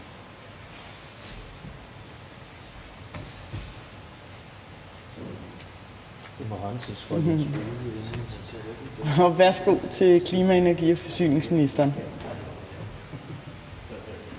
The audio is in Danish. Værsgo til klima-, energi- og forsyningsministeren.